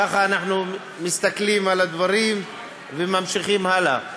ככה אנחנו מסתכלים על הדברים וממשיכים הלאה.